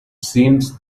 seems